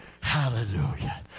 Hallelujah